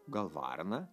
gal varną